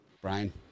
Brian